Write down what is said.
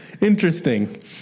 Interesting